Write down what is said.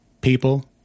people